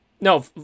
No